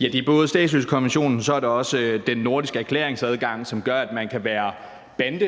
er både statsløsekonventionen og den nordiske erklæringsadgang, som gør, at man kan være en